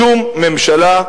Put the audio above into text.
שום ממשלה,